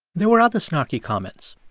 there were other snarky comments.